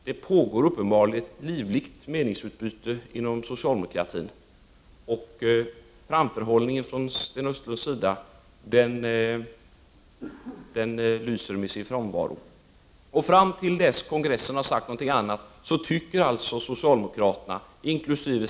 Det pågår uppenbarligen ett livligt meningsutbyte inom socialdemokratin, och framförhållningen från Sten Östlunds sida lyser med sin frånvaro. Fram till dess att kongressen har sagt något annat tycker alltså socialdemokraterna — inkl.